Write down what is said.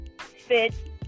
fit